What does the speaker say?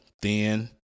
thin